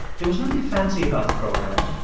there was nothing fancy about the program.